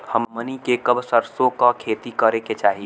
हमनी के कब सरसो क खेती करे के चाही?